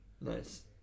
Nice